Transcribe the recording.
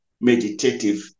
meditative